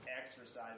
exercise